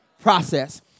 Process